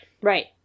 right